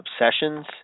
Obsessions